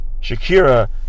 Shakira